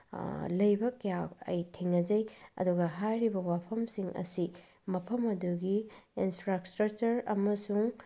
ꯂꯩꯕ ꯀꯌꯥ ꯑꯩ ꯊꯦꯡꯅꯖꯩ ꯑꯗꯨꯒ ꯍꯥꯏꯔꯤꯕ ꯋꯥꯐꯝꯁꯤꯡ ꯑꯁꯤ ꯃꯐꯝ ꯑꯗꯨꯒꯤ ꯏꯟꯐ꯭ꯔꯥꯏꯁꯇ꯭ꯔꯛꯆꯔ ꯑꯃꯁꯨꯡ